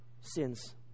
sins